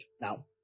Now